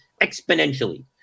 exponentially